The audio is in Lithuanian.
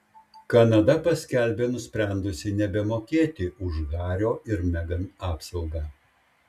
kanada paskelbė nusprendusi nebemokėti už hario ir megan apsaugą